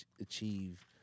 achieve